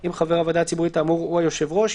אם חבר הוועדה הציבורית האמור הוא היושב ראש,